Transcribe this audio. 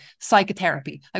psychotherapy